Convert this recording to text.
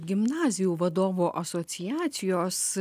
gimnazijų vadovų asociacijos